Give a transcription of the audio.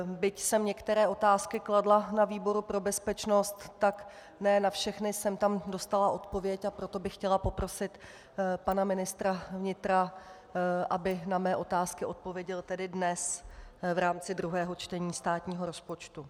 Byť jsem některé otázky kladla ve výboru pro bezpečnost, tak ne na všechny jsem tam dostala odpověď, a proto bych chtěla poprosit pana ministra vnitra, aby na mé otázky odpověděl dnes v rámci druhého čtení státního rozpočtu.